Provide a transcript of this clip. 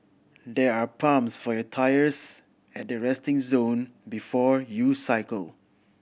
there are pumps for your tyres at the resting zone before you cycle